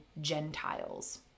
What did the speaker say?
Gentiles